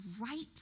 right